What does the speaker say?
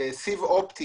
אופטי.